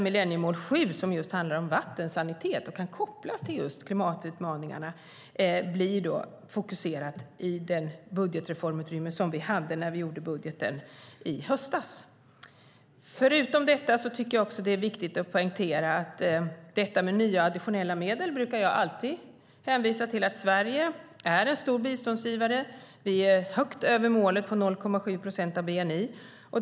Millenniemål 7, som just handlar om vatten och sanitet och kan kopplas till just klimatutmaningarna, blir då fokuserat i det budgetreformutrymme som vi hade när vi gjorde budgeten i höstas. När det gäller nya, additionella medel tycker jag att det är viktigt att poängtera att Sverige är en stor biståndsgivare som ger högt över målet på 0,7 procent av bni.